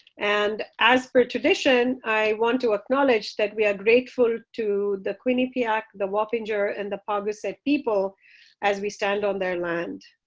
and as per tradition, i want to acknowledge that we are grateful to the quinnipiac, the wappinger and the paugussett people as we stand on their land,